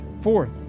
fourth